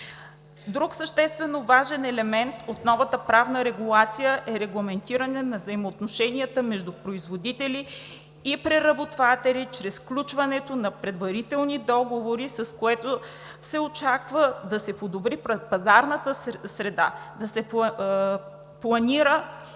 Друг съществен и важен елемент от новата правна регулация е регламентирането на взаимоотношенията между производители и преработватели чрез включването на предварителни договори, с което се очаква да се подобри предпазарната среда, да се планира